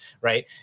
right